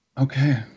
Okay